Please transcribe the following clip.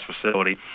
facility